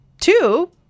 two